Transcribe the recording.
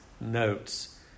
notes